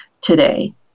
today